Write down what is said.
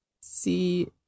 see